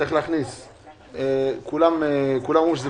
כולם אמרו שזה